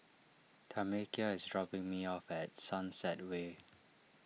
Tamekia is dropping me off at Sunset Way